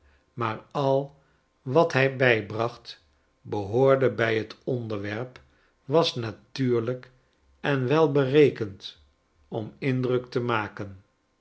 maar al wat hij biibracht behoorde by t onderwerp was natuurlijken wel berekend om indruk te maken